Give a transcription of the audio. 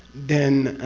than.